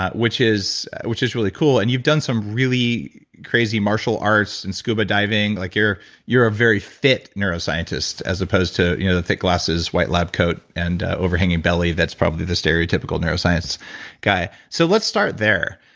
which is which is really cool, and you've done some really crazy martial arts and scuba diving. like you're you're a very fit neuroscientist, as opposed to you know the thick glasses, white lab coat, and overhanging belly that's probably the stereotypical neuroscience guy. so, let's start there.